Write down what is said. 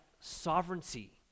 sovereignty